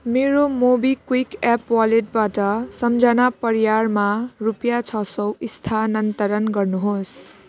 मेरो मोबिक्विक एप वालेटबाट सम्झना परियारमा छ सौ रुपियाँ स्थानान्तरण गर्नुहोस्